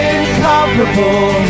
Incomparable